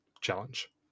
challenge